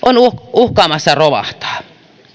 uhkaa romahtaa